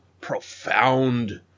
profound